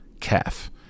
calf